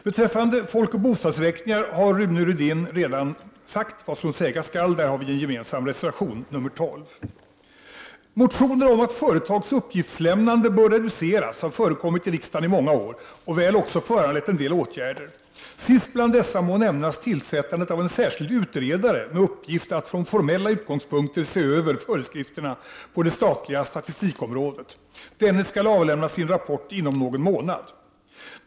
Beträffande folkoch bostadsräkningarna har Rune Rydén redan sagt vad som sägas skall. Där har vi en gemensam reservation, nr 12. Motioner om att företags uppgiftslämnande bör reduceras har förekommit i riksdagen i många år och har väl också föranlett en del åtgärder. Sist bland dessa må nämnas tillsättandet av en särskild utredare med uppgift att från formella utgångspunkter se över föreskrifterna på det statliga statistikområdet. Denne skall avlämna sin rapport inom någon månad.